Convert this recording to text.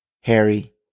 Harry